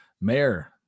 Mayor